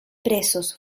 presos